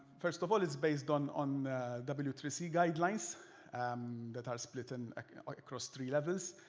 first of all, it's based on on w three c guidelines um that are split and like across three levels.